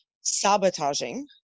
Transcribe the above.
sabotaging